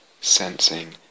sensing